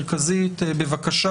הוויכוח.